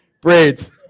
braids